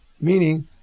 Meaning